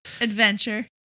adventure